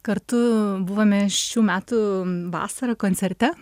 kartu buvome šių metų vasarą koncerte